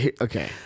okay